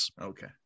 Okay